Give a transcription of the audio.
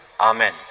Amen